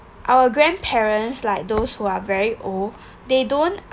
our grandparents like those who are very old they don't